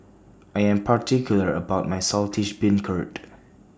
I Am particular about My Saltish Beancurd